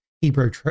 hebrew